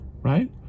right